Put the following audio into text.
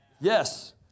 Yes